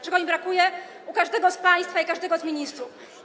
Czego mi brakuje u każdego z państwa i każdego z ministrów?